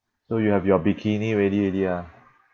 so you have your bikini ready already ah